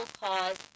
cause